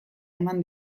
eman